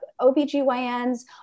OBGYNs